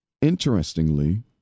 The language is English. Interestingly